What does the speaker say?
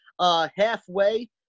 Halfway